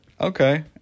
Okay